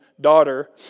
daughter